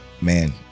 Man